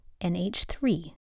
NH3